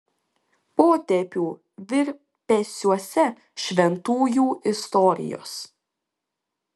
potėpių virpesiuose šventųjų istorijos